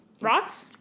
Rocks